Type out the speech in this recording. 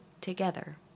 together